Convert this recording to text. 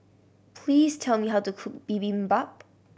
please tell me how to cook Bibimbap